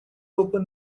open